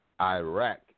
Iraq